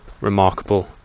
remarkable